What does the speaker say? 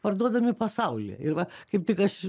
parduodami pasaulyje ir va kaip tik aš